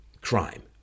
crime